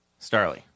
Starly